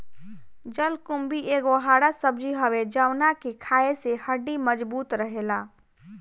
जलकुम्भी एगो हरा सब्जी हवे जवना के खाए से हड्डी मबजूत रहेला